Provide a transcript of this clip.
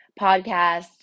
podcast